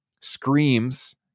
screams